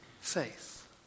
faith